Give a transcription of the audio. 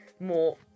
more